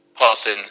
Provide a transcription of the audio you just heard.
passing